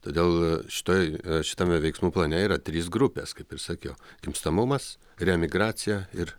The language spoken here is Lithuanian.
todėl šitoj šitame veiksmų plane yra trys grupės kaip ir sakiau gimstamumas reemigracija ir